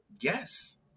Yes